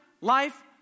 life